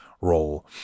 role